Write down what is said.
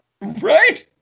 Right